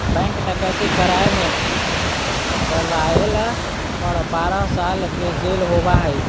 bank डकैती कराय में पकरायला पर बारह साल के जेल होबा हइ